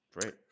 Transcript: Great